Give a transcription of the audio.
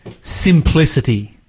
simplicity